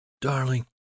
darling